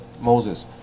Moses